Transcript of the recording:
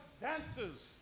dances